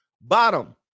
Bottom